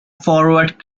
forward